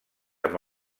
amb